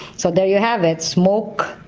so there you have it, smoke,